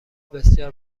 بسیار